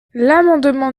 l’amendement